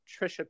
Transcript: Trisha